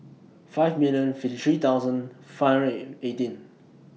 five million fifty three thousand five hundred and eighteen